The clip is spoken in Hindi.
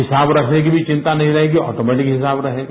हिसाब रखने की भी चिन्ता नहीं रहेगी ऑटोमैटिक हिसाब रहेगा